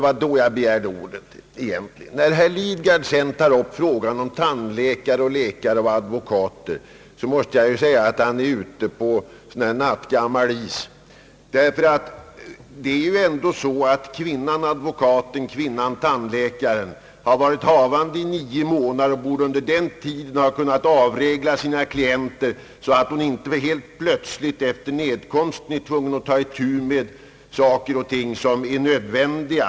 När herr Lidgard tar upp frågan om tandläkare, läkare och advokater — och det var egentligen närmast med anledning därav som jag begärde ordet — måste jag säga att han är ute på nattgammal is. Kvinnan advokaten och kvinnan tandläkaren har ju ändå varit havande i nio månader och borde under den tiden ha kunnat planera sina uppdrag, så att hon inte omedelbart efter nedkomsten är tvungen att ta itu med och då slutföra saker som hon sysslat med.